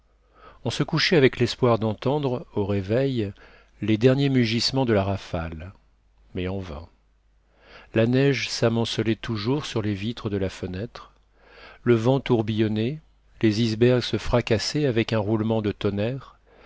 on se couchait avec l'espoir d'entendre au réveil les derniers mugissements de la rafale mais en vain la neige s'amoncelait toujours sur les vitres de la fenêtre le vent tourbillonnait les icebergs se fracassaient avec un roulement de tonnerre